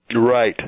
Right